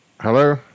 Hello